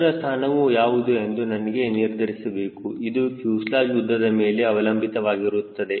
ಅದರ ಸ್ಥಾನವು ಯಾವುದು ಎಂದು ನಾನು ನಿರ್ಧರಿಸಬೇಕು ಅದು ಫ್ಯೂಸೆಲಾಜ್ ಉದ್ದದ ಮೇಲೆ ಅವಲಂಬಿತವಾಗಿರುತ್ತದೆ